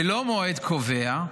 בלא מועד קובע,